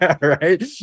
right